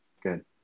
good